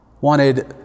wanted